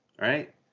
right